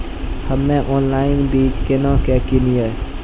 हम्मे ऑनलाइन बीज केना के किनयैय?